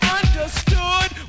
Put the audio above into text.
understood